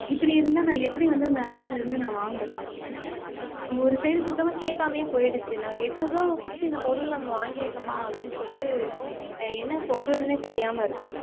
இப்படி இருந்தால் நான் எப்படி வந்து அந்த ஆப்லிருந்து நான் வாங்குறது ஒரு சைடு சுத்தமாக கேட்காமையே போயிடுச்சு நான் எட்நூறுபா கொடுத்து இந்த பொருள் நம்ம வாங்கியிருக்கோம்மா அப்டின்னு சொல்லிட்டு என்ன சொல்லுறதுன்னே தெரியாமல் இருக்குது